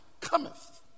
cometh